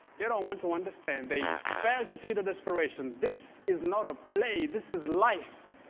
they don't want to understand. they fail to see the desperation. this is not a play. this is life.